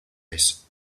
his